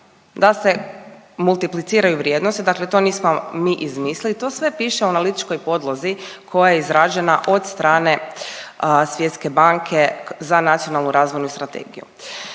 da se multipliciraju vrijednosti, dakle to nismo mi izmislili to sve piše u analitičkoj podlozi koja je izrađena od strane Svjetske banke za nacionalnu razvojnu strategiju.